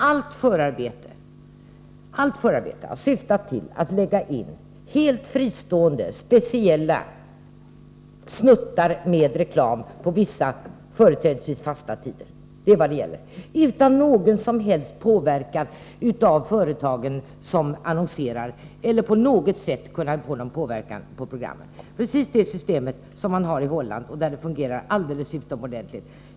Allt förarbete har syftat till att helt fristående, speciella snuttar med reklam läggs in på vissa, företrädesvis fasta tider, utan att företagen som annonserar har någon som helst påverkan på placeringen eller att reklamen på något sätt får påverka programmen. Det är det systemet man har i Holland, och där fungerar det alldeles utomordentligt.